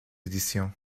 éditions